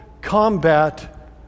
Combat